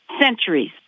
centuries